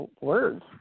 words